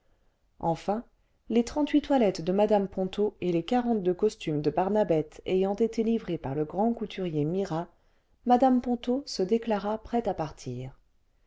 enfin les trente-huit toilettes de mme ponto et les quarante-deux costumes de barnabette ayant été livrés par le grand couturier mira mme ponto se déclara prête à partir